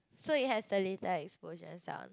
so it has the little explosion sound